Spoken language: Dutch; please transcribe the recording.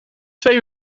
twee